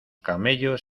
camellos